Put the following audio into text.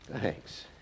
Thanks